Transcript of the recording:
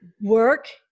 Work